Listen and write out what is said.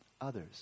others